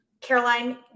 Caroline